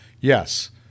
Yes